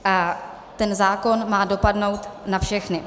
A ten zákon má dopadnout na všechny.